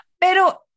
Pero